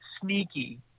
sneaky